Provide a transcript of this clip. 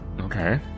Okay